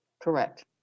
Correct